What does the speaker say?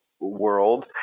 world